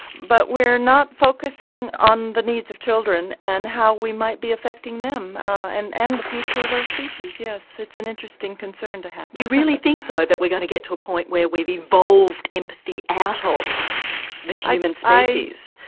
but we're not focusing on the needs of children and how we might be affecting them and and the future of our species. yes, it's an interesting concern to have. you really think though that we're going to get to a point where we've evolved empathy out of the human species?